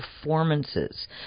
performances